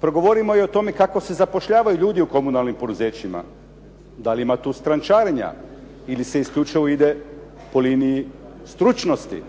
progovorimo i o tome kako se zapošljavaju ljudi u komunalnim poduzećima. Da li ima tu strančarenja ili se isključivo ide po liniji stručnosti?